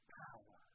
power